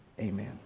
Amen